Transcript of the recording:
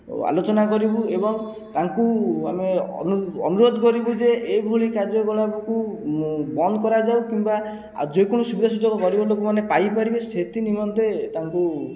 ଆଲୋଚନା କରିବୁ ଏବଂ ତାଙ୍କୁ ଆମେ ଅନୁରୋଧ କରିବୁ ଯେ ଏଭଳି କାର୍ଯ୍ୟକଳାପକୁ ବନ୍ଦ କରାଯାଉ କିମ୍ବା ଆଉ ଯେକୌଣସି ସୁବିଧା ସୁଯୋଗ ଗରିବ ଲୋକେମାନେ ପାଇ ପାରିବେ ସେଥି ନିମନ୍ତେ ତାଙ୍କୁ